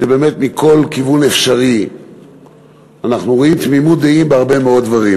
ובאמת מכל כיוון אפשרי אנחנו רואים תמימות דעים בהרבה מאוד דברים.